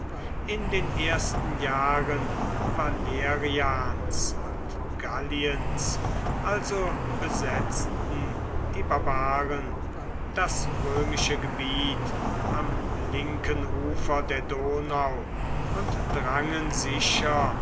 in den ersten jahren valerians und galliens also besetzten die barbaren das römische gebiet am linken ufer der donau und drangen sicher